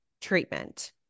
treatment